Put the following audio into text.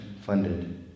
funded